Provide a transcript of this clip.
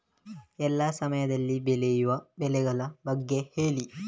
ಎಲ್ಲಾ ಸಮಯದಲ್ಲಿ ಬೆಳೆಯುವ ಬೆಳೆಗಳ ಬಗ್ಗೆ ಹೇಳಿ